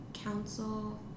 Council